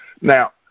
now